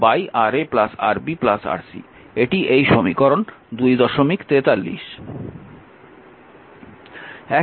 এটি এই সমীকরণ 243